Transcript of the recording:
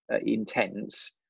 intense